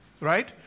right